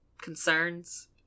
concerns